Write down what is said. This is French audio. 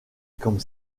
comme